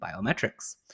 biometrics